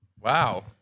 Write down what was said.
Wow